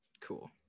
cool